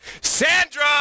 Sandra